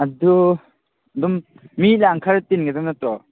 ꯑꯗꯨ ꯑꯗꯨꯝ ꯃꯤ ꯂꯥꯡ ꯈꯔ ꯆꯤꯟꯒꯗꯕ ꯅꯠꯇ꯭ꯔꯣ